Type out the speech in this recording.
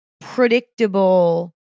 predictable